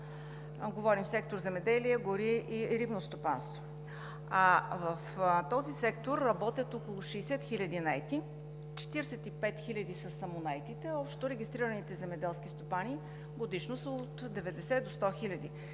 Говорим за сектор „Земеделие, гори и рибно стопанство“. В този сектор работят около 60 хиляди наети, 45 хиляди са самонаетите, а общо регистрираните земеделски стопани годишно са от 90 до 100